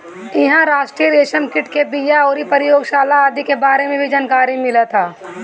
इहां राष्ट्रीय रेशम कीट के बिया अउरी प्रयोगशाला आदि के बारे में भी जानकारी मिलत ह